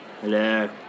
Hello